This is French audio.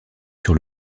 sur